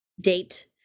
date